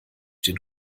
den